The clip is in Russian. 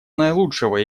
наилучшего